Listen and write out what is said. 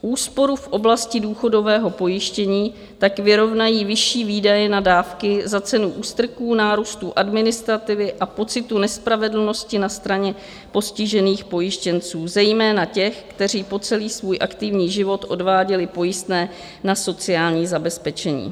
Úsporu v oblasti důchodového pojištění tak vyrovnají vyšší výdaje na dávky za cenu ústrků, nárůstu administrativy a pocitu nespravedlnosti na straně postižených pojištěnců, zejména těch, kteří po celý svůj aktivní život odváděli pojistné na sociální zabezpečení.